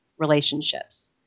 relationships